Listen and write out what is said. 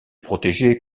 protéger